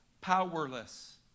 powerless